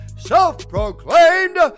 self-proclaimed